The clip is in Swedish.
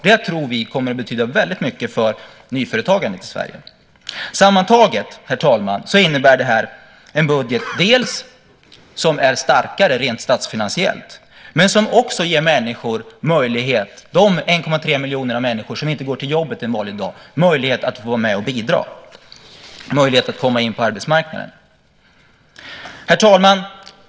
Det tror vi kommer att betyda väldigt mycket för nyföretagandet i Sverige. Sammantaget, herr talman, innebär detta en budget som dels är starkare rent statsfinansiellt, dels ger människor - de 1,3 miljoner som inte går till jobbet en vanlig dag - möjlighet att få vara med och bidra, möjlighet att komma in på arbetsmarknaden. Herr talman!